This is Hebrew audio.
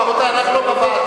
רבותי, אנחנו לא בוועדה.